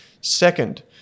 Second